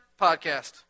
Podcast